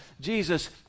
Jesus